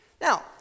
Now